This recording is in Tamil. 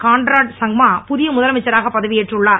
கான்ராட் சங்மா புதிய முதலமைச்சராக பதவியேற்றுள்ளார்